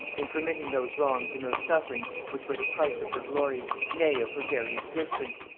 in permitting those wrongs and those sufferings which were the price of her glory, nay of her very existence,